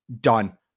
Done